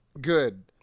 good